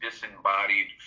disembodied